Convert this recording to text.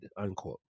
unquote